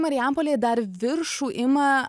marijampolėj dar viršų ima